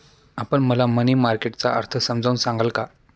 आपण मला money market चा अर्थ समजावून सांगाल का?